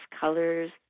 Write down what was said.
colors